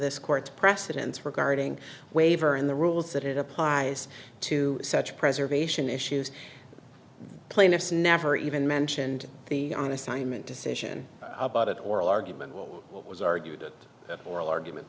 this court's precedents regarding waiver and the rules that it applies to such preservation issues plaintiffs never even mentioned the on assignment decision about it oral argument what was argued that oral argument